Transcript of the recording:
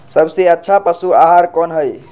सबसे अच्छा पशु आहार कोन हई?